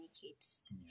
Kids